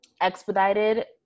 expedited